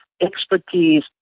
expertise